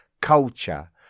culture